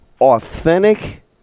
authentic